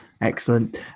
Excellent